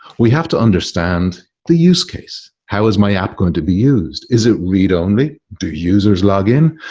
we have to understand the use case. how is my app going to be used? is it read-only? do users log in?